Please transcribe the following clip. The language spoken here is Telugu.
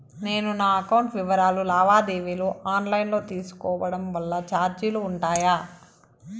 నేను నా అకౌంట్ వివరాలు లావాదేవీలు ఆన్ లైను లో తీసుకోవడం వల్ల చార్జీలు ఉంటాయా?